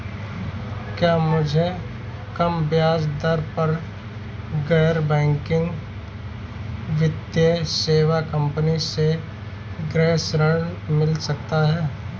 क्या मुझे कम ब्याज दर पर गैर बैंकिंग वित्तीय सेवा कंपनी से गृह ऋण मिल सकता है?